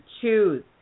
choose